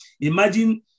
Imagine